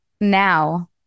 now